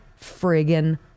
friggin